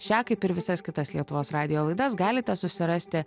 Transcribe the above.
šią kaip ir visas kitas lietuvos radijo laidas galite susirasti